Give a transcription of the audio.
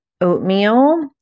oatmeal